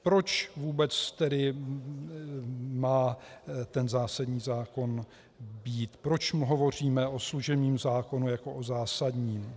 Proč vůbec tedy má ten zásadní zákon být, proč hovoříme o služebním zákonu jako o zásadním.